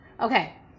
Okay